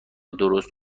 درست